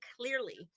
clearly